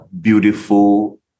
beautiful